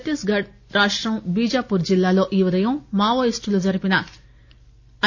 చత్తీస్గడ్ రాష్టం బీజాపూర్ జిల్లాలో ఈ ఉదయం మావోయిస్టులు జరిపిన ఐ